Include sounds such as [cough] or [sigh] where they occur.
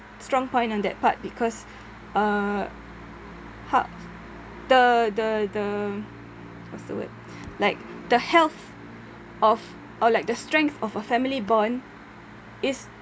strong point on that part because uh harp~ the the the what's the word [breath] like the health of or like the strength of a family bond is